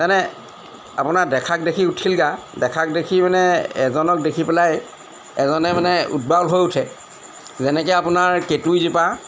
তাৰমানে আপোনাৰ দেখাক দেখি উঠিল গা দেখাক দেখি মানে এজনক দেখি পেলাই এজনে মানে উদ্বাউল হৈ উঠে যেনেকে আপোনাৰ কেঁতুৰীজোপা